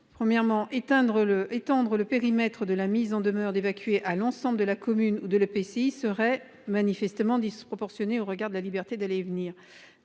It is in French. Premièrement, étendre le périmètre de la mise en demeure d'évacuer à l'ensemble de la commune ou de l'EPCI serait « manifestement disproportionné au regard de la liberté d'aller et venir